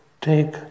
take